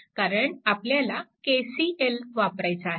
कारण आपल्याला KCL वापरायचा आहे